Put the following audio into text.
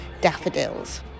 daffodils